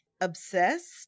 Obsessed